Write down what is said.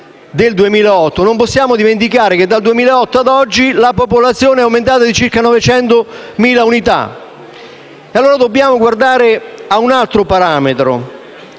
non possiamo dimenticare che da quell'anno a oggi la popolazione è aumentata di circa 900.000 unità. Dobbiamo allora guardare a un altro parametro: